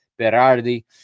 Berardi